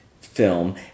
film